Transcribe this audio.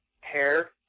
hair